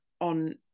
on